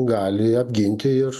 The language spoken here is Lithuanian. gali apginti ir